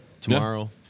tomorrow